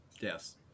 Yes